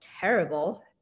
terrible